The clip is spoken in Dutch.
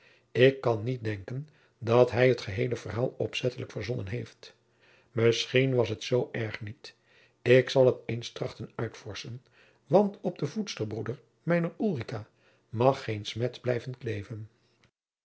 ik kan niet denken dat hij het geheele verjacob van lennep de pleegzoon haal opzettelijk verzonnen heeft misschien was het zoo erg niet ik zal het eens trachten uittevorschen want op den voedsterbroeder mijner ulrica mag geen smet blijven kleeven